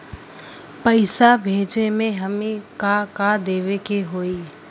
पैसा भेजे में हमे का का देवे के होई?